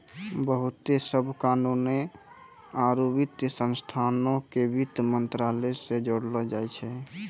बहुते सभ कानूनो आरु वित्तीय संस्थानो के वित्त मंत्रालय से जोड़लो जाय छै